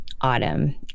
autumn